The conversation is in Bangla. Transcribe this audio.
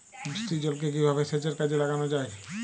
বৃষ্টির জলকে কিভাবে সেচের কাজে লাগানো যায়?